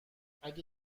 اگه